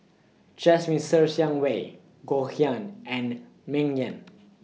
Jasmine Ser Xiang Wei Goh Yihan and Ming Yen